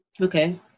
Okay